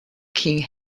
king